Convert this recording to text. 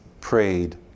prayed